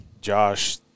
Josh –